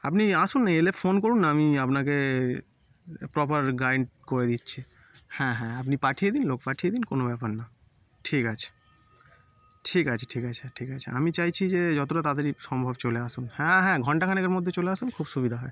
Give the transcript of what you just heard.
আপনি আসুন না এলে ফোন করুন না আমি আপনাকে প্রপার গাইড করে দিচ্ছি হ্যাঁ হ্যাঁ আপনি পাঠিয়ে দিন লোক পাঠিয়ে দিন কোনো ব্যাপার না ঠিক আছে ঠিক আছে ঠিক আছে ঠিক আছে আমি চাইছি যে যতোটা তাড়াতাড়ি সম্ভব চলে আসুন হ্যাঁ হ্যাঁ ঘন্টা খানেকের মধ্যে চলে আসুন খুব সুবিধা হয়